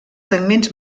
segments